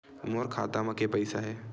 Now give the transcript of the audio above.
मोर खाता म के पईसा हे?